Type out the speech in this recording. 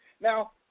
Now